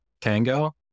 tango